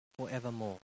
forevermore